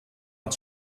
als